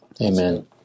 Amen